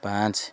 ପାଞ୍ଚ